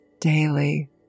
daily